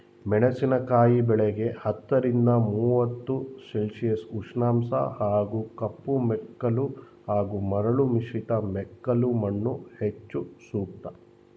ಮೆಣಸಿನಕಾಯಿ ಬೆಳೆಗೆ ಹತ್ತರಿಂದ ಮೂವತ್ತು ಸೆ ಉಷ್ಣಾಂಶ ಹಾಗೂ ಕಪ್ಪುಮೆಕ್ಕಲು ಹಾಗೂ ಮರಳು ಮಿಶ್ರಿತ ಮೆಕ್ಕಲುಮಣ್ಣು ಹೆಚ್ಚು ಸೂಕ್ತ